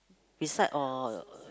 beside or